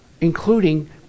including